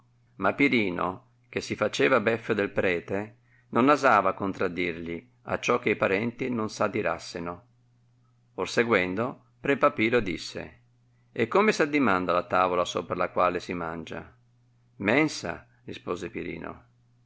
ma pirino che si faceva beffe del prete non osava contradirgli a ciò che i parenti non s adirasseno or seguendo pre papiro disse e come s addiraanda la tavola sopra la quale si mangia mensa rispose